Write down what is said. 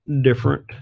different